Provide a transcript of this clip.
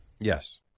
Yes